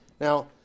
Now